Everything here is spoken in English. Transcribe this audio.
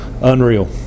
Unreal